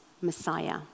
Messiah